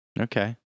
Okay